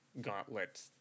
gauntlet